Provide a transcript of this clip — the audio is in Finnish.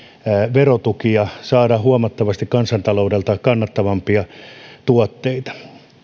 verotukia saada huomattavasti kansantaloudelle kannattavampia tuotteita